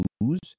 lose